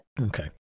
okay